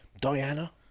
Diana